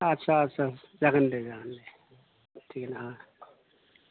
आस्सा आस्सा जागोन दे जागोन थिखआनो